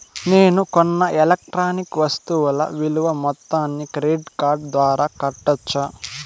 నేను కొన్న ఎలక్ట్రానిక్ వస్తువుల విలువ మొత్తాన్ని క్రెడిట్ కార్డు ద్వారా కట్టొచ్చా?